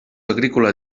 agrícola